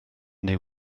neu